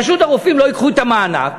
פשוט הרופאים לא ייקחו את המענק,